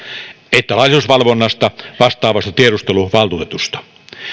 että laillisuusvalvonnasta vastaavasta tiedusteluvaltuutetusta